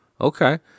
Okay